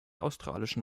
australischen